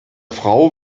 frau